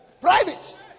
Private